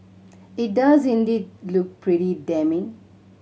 it does indeed look pretty damning